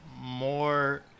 More